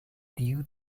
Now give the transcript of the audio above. due